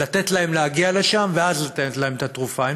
להגיע לשם ואז לתת להם את התרופה.